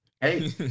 Hey